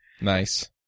nice